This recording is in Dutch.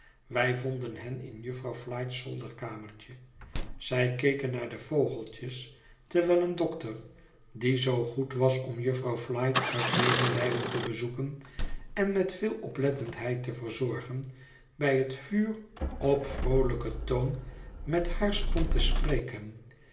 wij vonden hen in jufvrouw flite's zolderkamertje zij keken naar de vogeltjes terwijl een dokter die zoo goed was om jufvrouw flite uit medelijden te bezoeken en met veel oplettendheid te verzorgen bij het vuur op vroolijken toon met haar stond te spreken